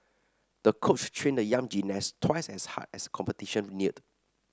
the coach trained the young gymnast twice as hard as competition neared